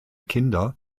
kinder